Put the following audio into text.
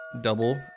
double